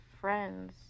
friends